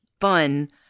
fun